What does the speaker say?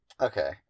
Okay